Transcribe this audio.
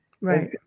Right